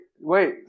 wait